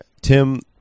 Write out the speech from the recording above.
Tim